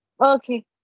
Okay